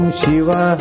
Shiva